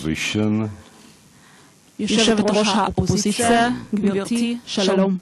יושבת-ראש האופוזיציה, גברתי, שלום.